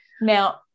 Now